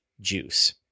juice